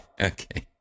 okay